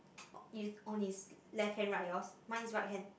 you on his left hand right yours mine is right hand